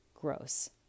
gross